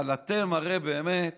אבל אתם, הרי באמת